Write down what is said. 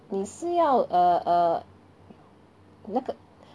你是要 err err 那个